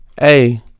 Hey